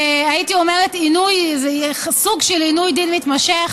הייתי אומרת שזה סוג של עינוי דין מתמשך,